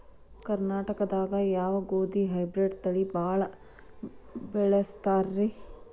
ಕರ್ನಾಟಕದಾಗ ಯಾವ ಗೋಧಿ ಹೈಬ್ರಿಡ್ ತಳಿ ಭಾಳ ಬಳಸ್ತಾರ ರೇ?